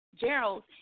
Gerald